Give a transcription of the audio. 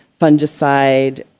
fungicide